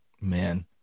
man